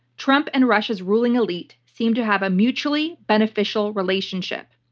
trump and russia's ruling elite seem to have a mutually beneficial relationship.